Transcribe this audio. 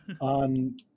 on